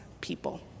people